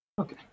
Okay